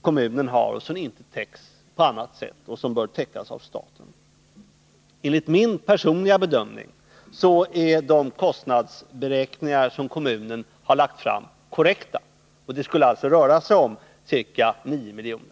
kommunen har som inte täcks på annat sätt och som bör täckas av staten. Enligt min personliga bedömning är de kostnadsberäkningar som kommunen har lagt fram korrekta, och det skulle alltså röra sig om ca 9 milj.kr.